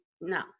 no